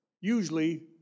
Usually